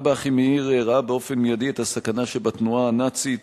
אב"א אחימאיר ראה באופן מיידי את הסכנה שבתנועה הנאצית,